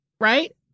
Right